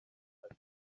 ati